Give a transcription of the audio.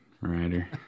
rider